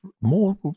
more